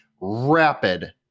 rapid